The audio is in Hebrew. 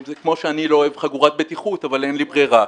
זה כמו שאני לא אוהב חגורת בטיחות אבל אין לי ברירה.